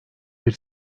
bir